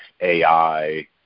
AI